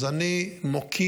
אז אני מוקיר,